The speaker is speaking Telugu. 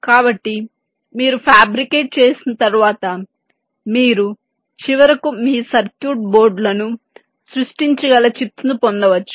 కాబట్టి మీరు ఫ్యాబ్రికేట్ చేసిన తర్వాత మీరు చివరకు మీ సర్క్యూట్ బోర్డులను సృష్టించగల చిప్స్ను పొందవచ్చు